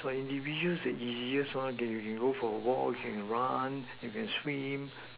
that's why individual is the easiest one that you can go for a walk you can run you can swim